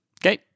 Okay